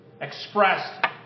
expressed